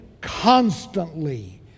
constantly